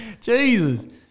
Jesus